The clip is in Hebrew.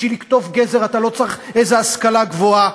בשביל לקטוף גזר אתה לא צריך איזו השכלה גבוהה.